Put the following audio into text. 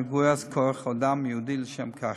ומגויס כוח-אדם ייעודי לשם כך.